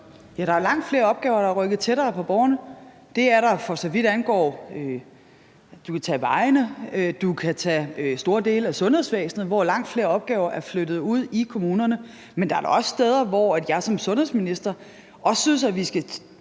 der er langt flere opgaver, der er rykket tættere på borgerne; det er der. Du kan tage vejene. Du kan tage store dele af sundhedsvæsenet, hvor langt flere opgaver er flyttet ud i kommunerne. Men der er da også steder, hvor jeg som sundhedsminister også synes, at vi skal stille